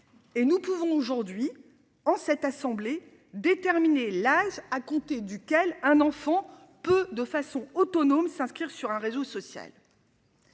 Et nous pouvons aujourd'hui en cette assemblée déterminer l'âge à compter duquel un enfant peut de façon autonome s'inscrire sur un réseau social.